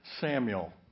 Samuel